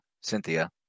Cynthia